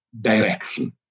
direction